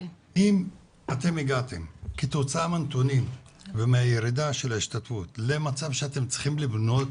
אם כתוצאה מהנתונים ומהירידה בהשתתפות הגעתם למצב שאתם צריכים לבנות